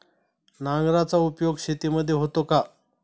नांगराचा उपयोग शेतीमध्ये होतो का?